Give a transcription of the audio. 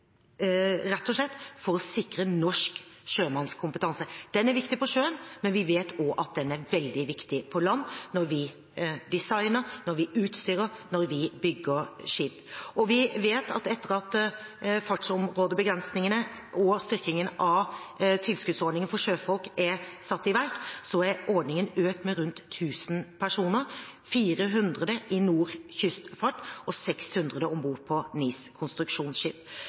rett og slett for å sikre norsk sjømannskompetanse. Den er viktig på sjøen, men vi vet også at den er veldig viktig på land når vi designer, utstyrer og bygger skip. Vi vet at etter at fartsområdebegrensningene og styrkingen av tilskuddsordningen for sjøfolk ble satt i verk, er ordningen økt med rundt 1 000 personer – 400 i NOR kystfart og 600 om bord på